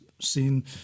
seen